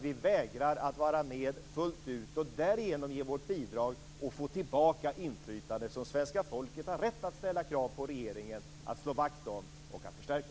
Vi vägrar att vara med fullt ut och ge vårt bidrag och därigenom få tillbaka det inflytande som svenska folket har rätt att ställa krav på regeringen att slå vakt om och förstärka.